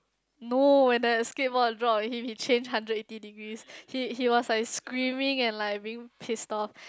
no and the skate board draw of him he change hundred eighty degrees he he was like screaming and like being pissed off